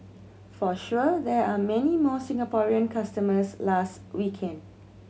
for sure there are many more Singaporean customers last weekend